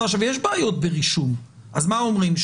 יש בעיות ברישום, אז מה אומרים?